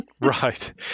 Right